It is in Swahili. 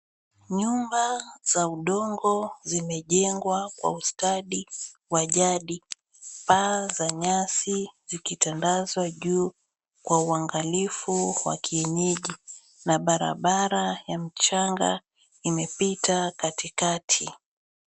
Nyumba za udongo zimejengwa kwa ustadi wa jadi, paa za nyasi zikitandazwa juu kwa uangalifu wa kienyeji na barabara ya mchanga imepita katikati.